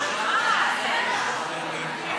יש